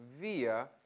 via